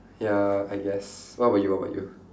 ya I guess what about you what about you